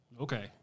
Okay